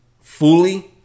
Fully